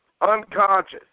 unconscious